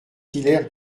hilaire